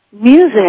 Music